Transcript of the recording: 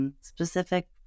specific